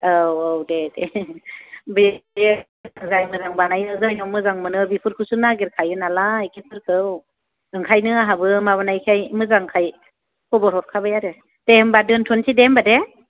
औ औ दे दे बे जाय मोजां बानायो जायनाव मोजां मोनो बेफोरखौसो नागिरखायो नालाय केकफोरखौ ओंखायनो आंहाबो माबानायखाय मोजांखाय खबर हरखाबाय आरो दे होमबा दोनथनोसै दे होमबा दे